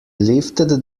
lifted